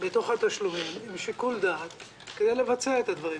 בתוך התשלומים, עם שיקול דעת כדי לבצע את הדברים.